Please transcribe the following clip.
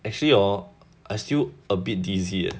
actually hor I still a bit dizzy eh